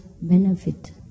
benefit